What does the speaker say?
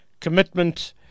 commitment